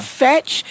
fetch